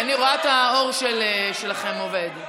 אני רואה את האור שלכם עובד.